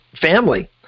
family